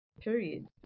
period